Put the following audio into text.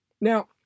Now